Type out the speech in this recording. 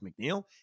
McNeil